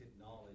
knowledge